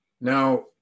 Now